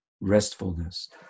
restfulness